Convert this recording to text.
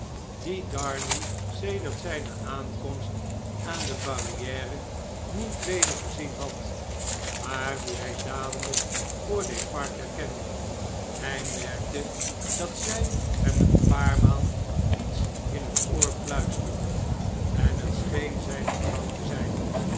dien darnay sedert zijne aankomst aan de barriere niet weder gezien had maar dien hy dadeljjk voor defarge herkende hjj merkte dat zjj hem een paar maal iets in het oor fluisterde en het scheen zijne vrouw te zjjn